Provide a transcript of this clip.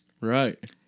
Right